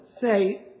say